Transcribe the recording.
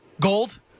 Gold